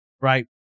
right